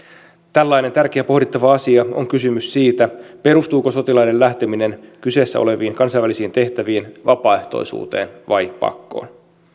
tällainen tärkeä pohdittava asia on kysymys siitä perustuuko sotilaiden lähteminen kyseessä oleviin kansainvälisiin tehtäviin vapaaehtoisuuteen vai pakkoon